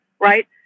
Right